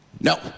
no